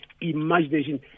imagination